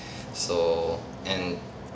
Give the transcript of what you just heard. so and